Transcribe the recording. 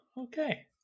okay